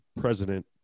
president